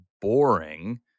boring